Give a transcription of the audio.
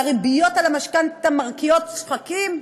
והריביות על המשכנתה מרקיעות שחקים,